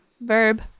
verb